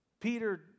Peter